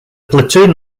platoon